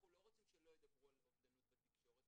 אנחנו לא רוצים שלא ידברו על אובדנות בתקשורת.